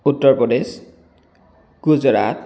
Uttar Pradesh Gujarat